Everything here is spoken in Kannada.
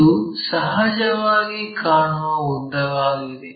ಇದು ಸಹಜವಾಗಿ ಕಾಣುವ ಉದ್ದವಾಗಿದೆ